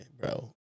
bro